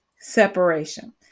separation